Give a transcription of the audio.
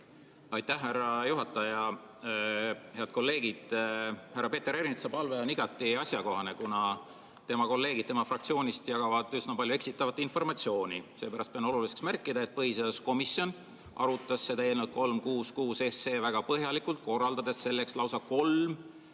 Aitäh, härra juhataja! Head kolleegid! Härra Peeter Ernitsa palve on igati asjakohane, kuna kolleegid tema fraktsioonist jagavad üsna palju eksitavat informatsiooni. Sellepärast pean oluliseks märkida, et põhiseaduskomisjon arutas eelnõu 366 väga põhjalikult, korraldades selleks lausa kolm